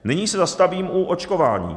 Nyní se zastavím u očkování.